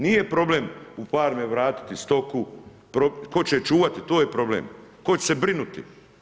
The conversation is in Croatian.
Nije problem u farme vratiti stoku, tko će je čuvati to je problem, tko će se brinuti.